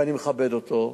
ואני מכבד אותו,